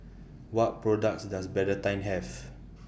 What products Does Betadine Have